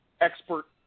expert